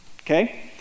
okay